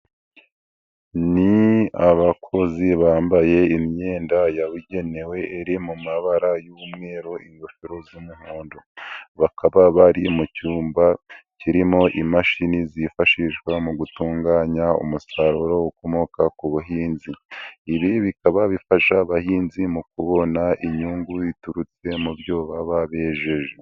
Ni abakozi bambaye imyenda yabugenewe iri mu mabara y'umweru ingofero z'umuhondo bakaba bari mu cyumba kirimo imashini zifashishwa mu gutunganya umusaruro ukomoka ku buhinzi ibi bikaba bifasha abahinzi mu kubona inyungu iturutse mu byo baba bejeje.